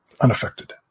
unaffected